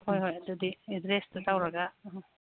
ꯍꯣꯏ ꯍꯣꯏ ꯑꯗꯨꯗꯤ ꯑꯦꯗ꯭ꯔꯦꯁꯇꯨ ꯇꯧꯔꯒ ꯎꯝ